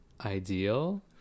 ideal